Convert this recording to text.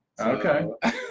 Okay